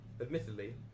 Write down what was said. admittedly